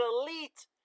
elite